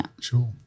Sure